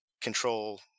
control